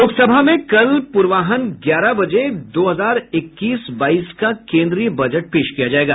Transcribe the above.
लोकसभा में कल पूर्वाहन ग्यारह बजे दो हजार इक्कीस बाईस का केन्द्रीय बजट पेश किया जायेगा